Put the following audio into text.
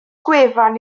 gwefan